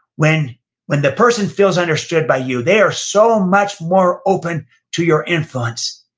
when when the person feels understood by you, they are so much more open to your influence,